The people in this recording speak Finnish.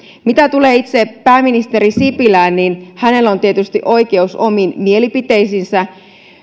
mitä tulee itse pääministeri sipilään niin hänellä on tietysti oikeus omiin mielipiteisiinsä